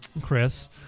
Chris